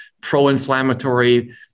pro-inflammatory